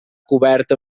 cobert